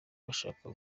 bashaka